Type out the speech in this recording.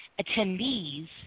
attendees